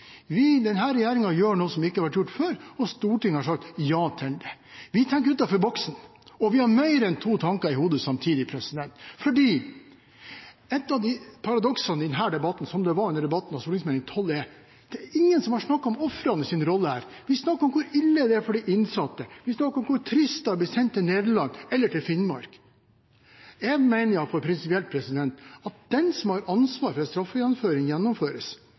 Vi, denne regjeringen, gjør noe som ikke har vært gjort før, og Stortinget har sagt ja til det. Vi tenker utenfor boksen, og vi har mer enn to tanker i hodet samtidig. Et av paradoksene i denne debatten, som det var under debatten om Meld. St. 12 for 2014–2015, er at det er ingen som har snakket om ofrenes rolle i dette. Vi snakker om hvor ille det er for de innsatte, vi snakker om hvor trist det er å bli sendt til Nederland eller Finnmark. Jeg mener i alle fall prinsipielt at den som har ansvaret for at straffen må gjennomføres,